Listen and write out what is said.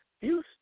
Houston